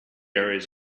areas